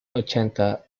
ochenta